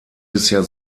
bisher